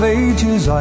ages